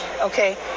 okay